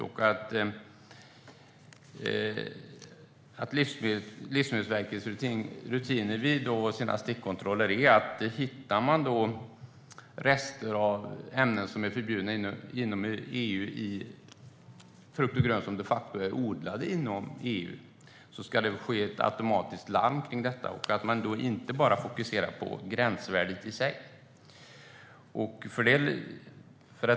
Om Livsmedelsverket vid sina stickkontroller hittar rester av ämnen i frukt och grönt som är förbjudna inom EU, och dessa produkter de facto är odlade inom EU, ska man automatiskt larma om detta och inte bara fokusera på gränsvärdet i sig.